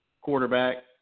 quarterback